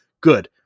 Good